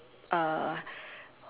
uh